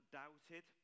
doubted